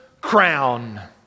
crown